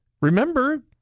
Remember